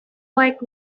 like